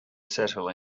settle